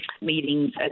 meetings